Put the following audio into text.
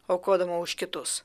aukodama už kitus